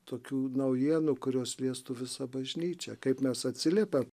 tokių naujienų kurios liestų visą bažnyčią kaip mes atsiliepia